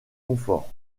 confort